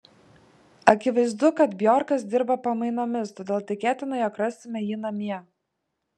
akivaizdu kad bjorkas dirba pamainomis todėl tikėtina jog rasime jį namie